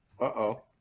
Uh-oh